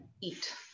eat